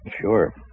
Sure